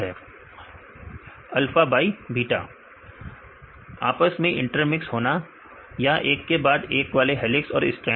alpha by beta विद्यार्थी आपस में इंटरमिक्स होना या एक के बाद एक वाले हेलिक्स और स्ट्रैंड